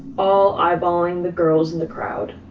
all eyeballing the girls in the crowd.